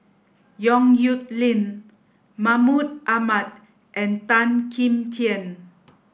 Yong Nyuk Lin Mahmud Ahmad and Tan Kim Tian